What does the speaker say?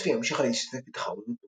לוטפיה המשיכה להשתתף בתחרויות תעופה,